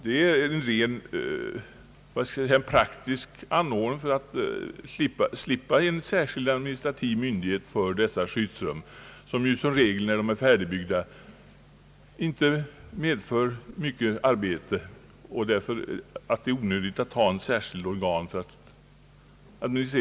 Det är en rent praktisk anordning för att slippa ha ett särskilt administrativt organ för dessa skyddsrum, vilka ju som regel när de är färdigbyggda inte medför mycket arbete.